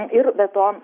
ir be to